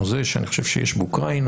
שאני חושב שיש באוקראינה.